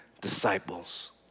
disciples